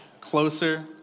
closer